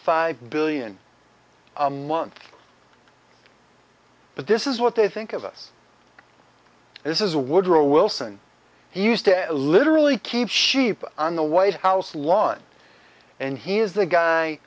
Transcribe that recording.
five billion a month but this is what they think of us this is a woodrow wilson he used to literally keep sheep on the white house lawn and he is the guy